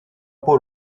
paul